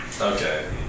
Okay